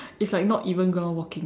it's like not even ground walking